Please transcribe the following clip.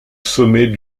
sommet